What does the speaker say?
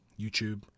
YouTube